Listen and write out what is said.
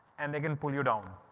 and they can pull you down.